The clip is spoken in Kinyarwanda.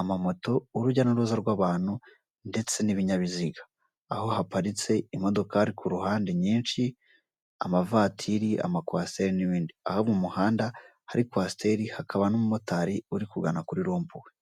umuntu uri ku kinyabiziga cy'ikinyamitende n'undi uhagaze mu kayira k'abanyamaguru mu mpande zawo hari amazu ahakikije n'ibyuma birebire biriho insinga z'amashanyarazi nyinshi.